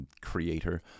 creator